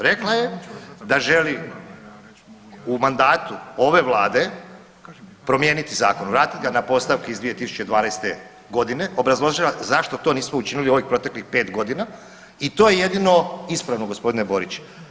Rekla je da želi u mandatu ove Vlade promijeniti Zakon, vratiti ga na postavke iz 2012. godine, obrazložila zašto to nismo učinili ovih proteklih 5 godina i to je jedino ispravno gospodine Borić.